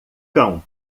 cão